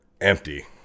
empty